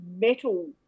metal